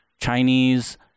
Chinese